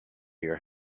your